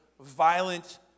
violent